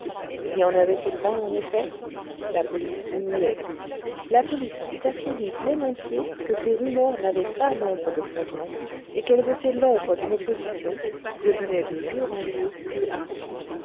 y en avait-il vingt en effet la police niait la police eût affirmé volontiers que ces rumeurs n'avaient pas l'ombre de fondement et qu'elles étaient l'oeuvre d'une opposition qui devenait de jour en jour plus hardie